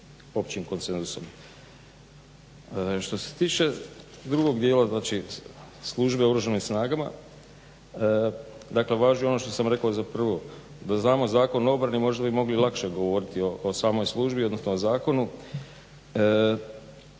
općim konsenzusom. Što se tiče drugog dijela, znači službe u Oružanim snagama, dakle važi ono što sam rekao i za prvo. Da znamo Zakon o obrani možda bi mogli lakše govoriti o samoj službi, odnosno o zakonu.